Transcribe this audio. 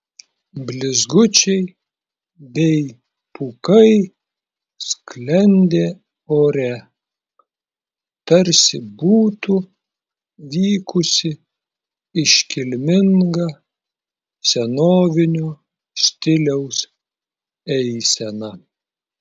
blizgučiai bei pūkai sklendė ore tarsi būtų vykusi iškilminga senovinio stiliaus eisena